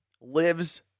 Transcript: lives